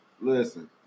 Listen